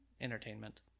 entertainment